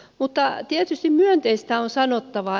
mutta tietysti myönteistä on sanottava